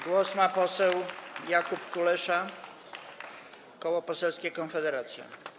Głos ma poseł Jakub Kulesza, Koło Poselskie Konfederacja.